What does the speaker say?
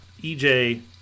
ej